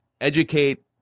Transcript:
educate